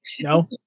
No